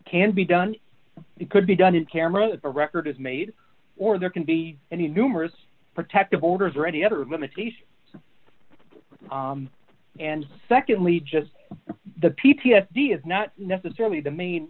can't be done it could be done in camera or record is made or there can be any numerous protective orders or any other limitation and secondly just the p t s d is not necessarily the main